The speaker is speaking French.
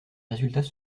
résultats